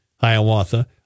Hiawatha